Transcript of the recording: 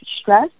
stress